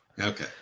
Okay